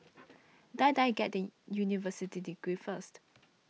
Die Die get that university degree first